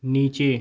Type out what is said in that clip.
नीचे